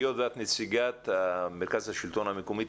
היות ואת נציגת מרכז השלטון המקומי,